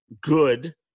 good